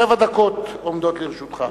שבע דקות עומדות לרשותך.